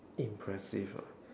impressive ah